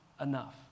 enough